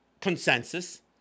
consensus